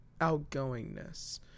outgoingness